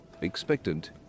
Expectant